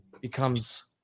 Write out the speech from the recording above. becomes